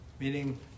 meaning